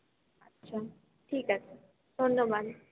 আচ্ছা ঠিক আছে ধন্যবাদ